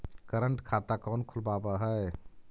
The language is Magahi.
करंट खाता कौन खुलवावा हई